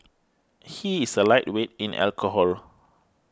he is a lightweight in alcohol